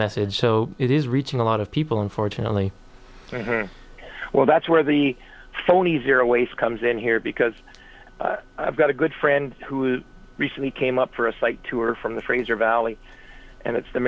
message so it is reaching a lot of people unfortunately well that's where the phony zero waste comes in here because i've got a good friend who recently came up for a site to or from the fraser valley and it's the